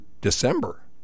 December